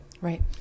Right